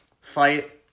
fight